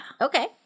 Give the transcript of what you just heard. Okay